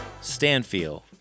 Stanfield